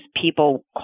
people